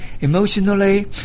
emotionally